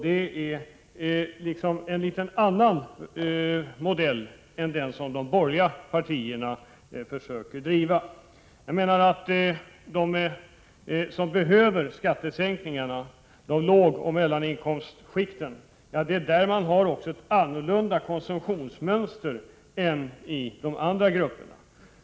Det är en litet annan modell än den de borgerliga partierna försöker driva. De som behöver skattesänkningarna, alltså de i lågoch mellaninkomstskikten, har annat konsumtionsmönster än de andra grupperna.